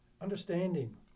understanding